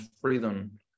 freedom